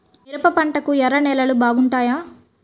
మిరప పంటకు ఎర్ర నేలలు బాగుంటాయా?